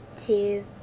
two